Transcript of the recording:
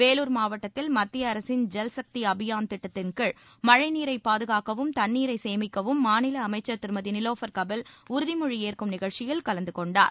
வேலூர் மாவட்டத்தில் மத்திய அரசின் ஜல் சக்தி அபியான் திட்டத்தின் கீழ் மழைநீரை பாதுகாக்கவும் தண்ணீரை சேமிக்கவும் மாநில அமைச்சர் திருமதி நிலோஃபர் கவில் உறுதிமொழி ஏற்கும் நிகழ்ச்சியில் கலந்துகொண்டார்